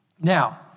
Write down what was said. Now